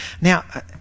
Now